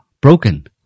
broken